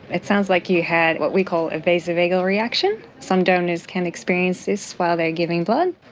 it sounds like you had what we call a vasovagal reaction. some donors can experience this while they are giving blood.